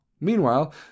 Meanwhile